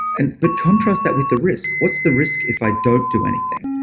and but contrast that with the risk, what's the risk if i don't do anything?